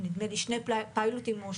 יש נדמה לי שני פיילוטים או שלושה.